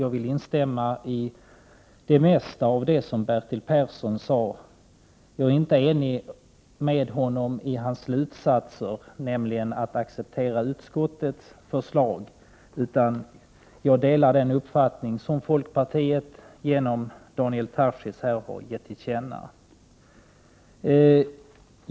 Jag vill också instämma i det mesta av det som Bertil Persson sade, men jag är inte överens med honom i hans slutsats, nämligen att acceptera utskottets förslag, utan jag delar den uppfattning som folkpartiet genom Daniel Tarschys har gett till känna.